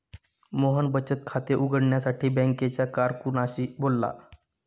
मोहन बचत खाते उघडण्यासाठी बँकेच्या कारकुनाशी बोलला